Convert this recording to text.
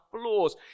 flaws